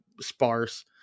sparse